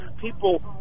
people